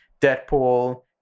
Deadpool